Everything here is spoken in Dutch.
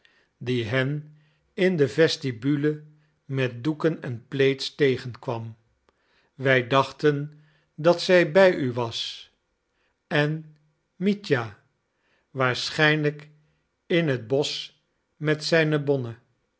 die hen in de vestibule met doeken en plaids tegenkwam wij dachten dat zij bij u was en mitja waarschijnlijk in het bosch met zijn bonne